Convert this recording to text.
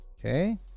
Okay